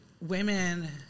women